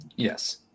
Yes